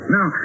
Now